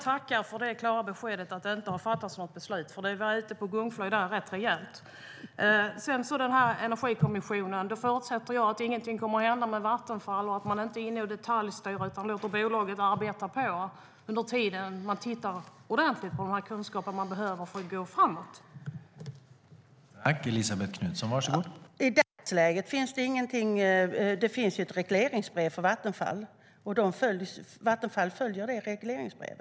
Då vill jag tacka för det klara beskedet om att det inte har fattats något beslut, för du var ju ute på ett gungfly där rätt rejält.